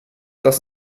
das